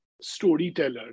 storyteller